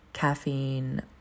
Caffeine